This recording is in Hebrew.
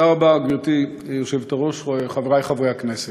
גברתי היושבת-ראש, תודה רבה, חברי חברי הכנסת,